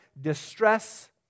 distress